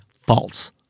false